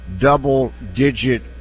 double-digit